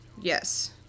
Yes